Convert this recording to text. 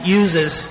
uses